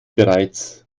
bereits